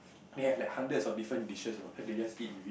they have like hundreds of different dishes you know and they just eat